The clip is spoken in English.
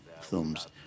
films